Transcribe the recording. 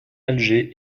alger